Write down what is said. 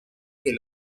que